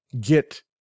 get